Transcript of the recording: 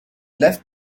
left